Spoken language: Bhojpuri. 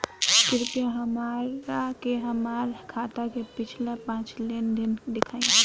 कृपया हमरा के हमार खाता के पिछला पांच लेनदेन देखाईं